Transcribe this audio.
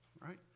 right